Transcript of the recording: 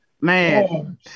Man